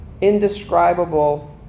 indescribable